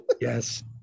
Yes